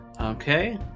Okay